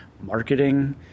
marketing